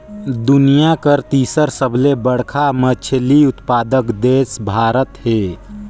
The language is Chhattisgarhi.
दुनिया कर तीसर सबले बड़खा मछली उत्पादक देश भारत हे